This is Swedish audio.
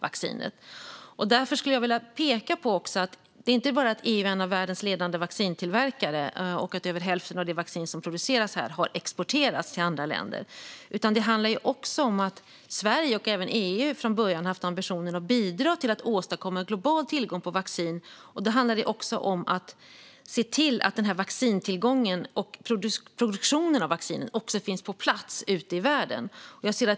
Det handlar inte bara om att EU är en av världens ledande vaccintillverkare och att över hälften av det vaccin som produceras här har exporterats till andra länder. Det handlar också om att Sverige och även EU från början har haft ambitionen att bidra till att åstadkomma global tillgång på vaccin, och då gäller det att se till att vaccinproduktion och tillgång på vaccin också finns på plats ute i världen.